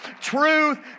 truth